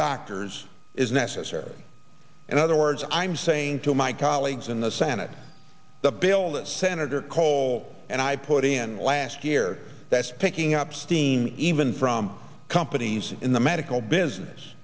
doctors is necessary in other words i'm saying to my colleagues in the senate the bill that senator kohl and i put in last year that's picking up steam even from companies in the medical business